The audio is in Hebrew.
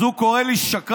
אז הוא קורא לי שקרן?